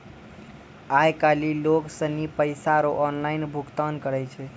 आय काइल लोग सनी पैसा रो ऑनलाइन भुगतान करै छै